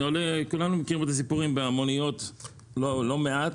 כולנו מכירים את הסיפורים במוניות לא מעט